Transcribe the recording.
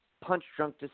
punch-drunk